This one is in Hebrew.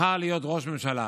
נבחר להיות ראש ממשלה